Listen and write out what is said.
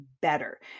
better